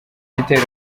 igitero